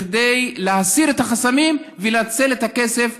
כדי להסיר את החסמים ולנצל את הכסף,